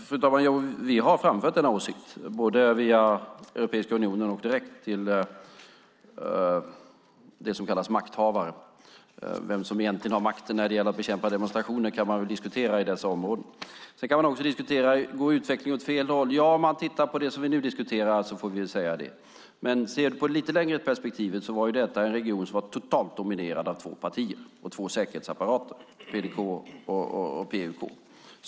Fru talman! Vi har framfört denna åsikt, både via Europeiska unionen och direkt till det som kallas makthavare. Vem som egentligen har makten när det gäller att bekämpa demonstrationer i dessa områden kan man väl diskutera. Man kan också diskutera om utvecklingen går åt fel håll. Ja, om man tittar på det som vi nu diskuterar får vi väl säga det. Men ser man det i ett lite längre perspektiv var detta en region som var totalt dominerad av två partier och två säkerhetsapparater, PDK och PUK.